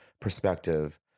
perspective